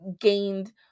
gained